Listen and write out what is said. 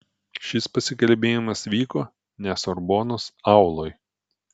šis pasikalbėjimas vyko ne sorbonos auloj